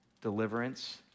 deliverance